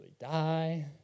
die